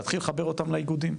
להתחיל לחבר אותם לאיגודים.